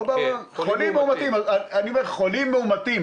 אני מדבר על חולים מאומתים.